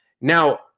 Now